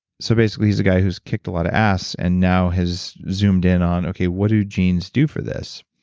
so basically he's the guy who's kicked a lot of ass and now has zoomed in on, okay. what do genes do for this?